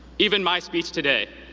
even my speech today,